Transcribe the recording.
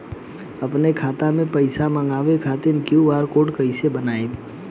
आपन खाता मे पईसा मँगवावे खातिर क्यू.आर कोड कईसे बनाएम?